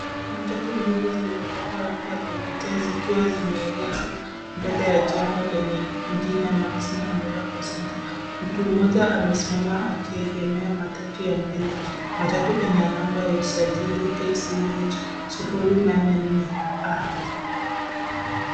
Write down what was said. Matatu mbili zilizopakwa rangi ya kuvutia zikiwa zimeegeshwa mbele ya jengo lenye jina maximum miracle center . Mtu mmoja amesimama akiegemea matatu ya mbele. Matatu ina namba ya usajili KCH sufuri nane nne A.